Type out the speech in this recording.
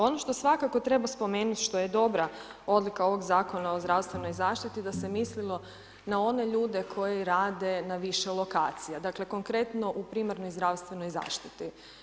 Ono što svakako treba spomenut, što je dobra odlika ovog Zakona o zdravstvenoj zaštiti, da se mislilo na one ljude koji rade na više lokacije, dakle, konkretno u primarnoj zdravstvenoj zaštiti.